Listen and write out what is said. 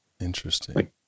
Interesting